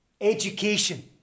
education